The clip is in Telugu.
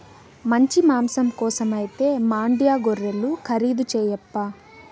మంచి మాంసం కోసమైతే మాండ్యా గొర్రెలు ఖరీదు చేయప్పా